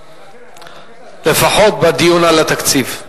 לפחות בדיון על התקציב.